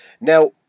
Now